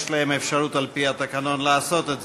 יש להם אפשרות על-פי התקנון לעשות את זה.